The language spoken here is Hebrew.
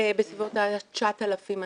בסביבות 9,000 אנשים.